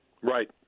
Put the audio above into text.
Right